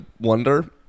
wonder